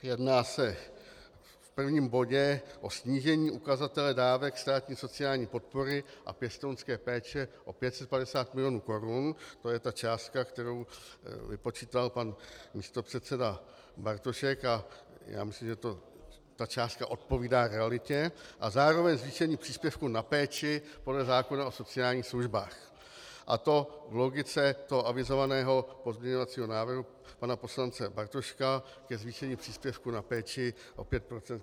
Jedná se v prvním bodě o snížení ukazatele dávek státní sociální podpory a pěstounské péče o 550 mil. korun, to je ta částka, kterou vypočítal pan místopředseda Bartošek, a já myslím, že ta částka odpovídá realitě, a zároveň zvýšení příspěvku na péči podle zákona o sociálních službách, a to v logice avizovaného pozměňovacího návrhu pana poslance Bartoška ke zvýšení příspěvku na péči o 5 procent k 1. 7. 2016.